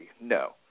No